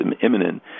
imminent